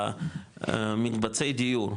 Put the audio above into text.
במקבצי דיור,